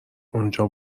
اونجا